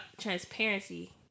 transparency